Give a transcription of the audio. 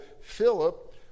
Philip